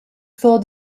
for